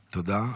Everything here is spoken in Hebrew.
תודה.